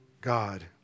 God